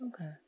okay